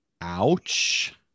Ouch